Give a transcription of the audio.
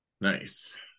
nice